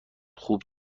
خوب